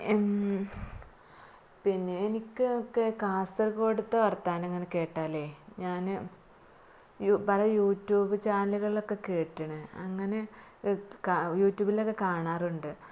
പിന്നെ എനിക്കൊക്കെ കാസർഗോഡത്തെ വർത്തമാനമങ്ങനെ കേട്ടാലേ ഞാൻ പല യുറ്റൂബ് ചാനലൂകളിലൊക്കെ കേൾക്കണ് അങ്ങനെ ക യൂറ്റൂബിലൊക്കെ കാണാറുണ്ട്